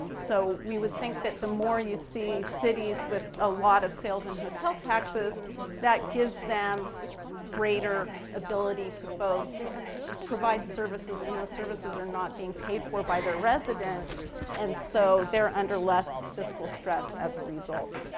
so we would think that the more and you see cities with a lot of sales and hotel taxes that gives them greater ability to both provide services and those services are not being paid for by the residents and so they're under less fiscal stress as a result.